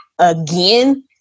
again